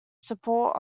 support